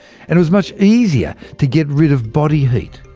it was much easier to get rid of body heat.